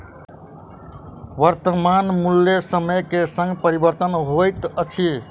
वर्त्तमान मूल्य समय के संग परिवर्तित होइत अछि